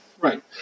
Right